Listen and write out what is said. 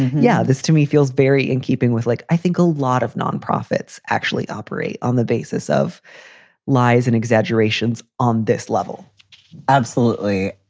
yeah, this to me feels very in keeping with like i think a lot of nonprofits actually operate on the basis of lies and exaggerations on this level absolutely.